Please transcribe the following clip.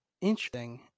interesting